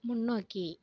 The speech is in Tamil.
முன்னோக்கி